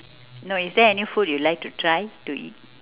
no is there any food you like to try to eat